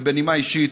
ובנימה אישית,